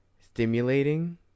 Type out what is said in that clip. stimulating